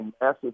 massive